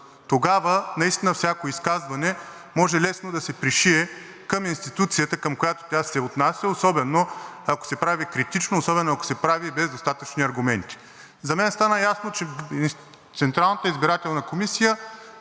тогава наистина всяко изказване може лесно да се пришие към институцията, към която тя се отнася, особено ако се прави критично, особено ако се прави без достатъчни аргументи. За мен стана ясно, че Централната избирателна комисия